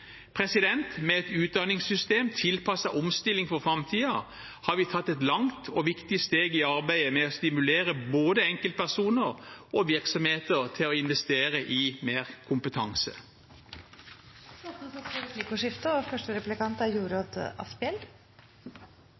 Med et utdanningssystem tilpasset omstilling for framtiden har vi tatt et langt og viktig steg i arbeidet med å stimulere både enkeltpersoner og virksomheter til å investere i mer kompetanse. Det blir replikkordskifte. Min erfaring gjennom mange år i yrkeslivet er